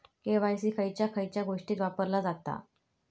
KYC खयच्या खयच्या गोष्टीत वापरला जाता?